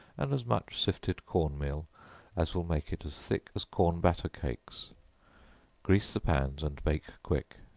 and as much sifted corn meal as will make it as thick as corn batter cakes grease the pans and bake quick.